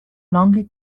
longer